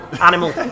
animal